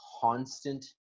constant